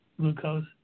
glucose